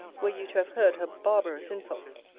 were you to have heard her barbarous insults!